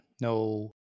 No